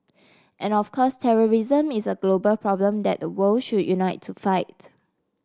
and of course terrorism is a global problem that the world should unite to fight